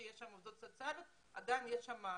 שם יש עובדות סוציאליות ואז יש איזשהו מענה.